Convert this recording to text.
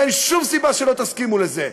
ואין שום סיבה שלא תסכימו לזה.